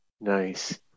Nice